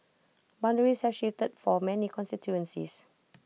boundaries have shifted for many constituencies